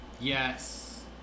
Yes